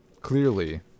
Clearly